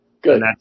Good